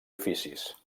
oficis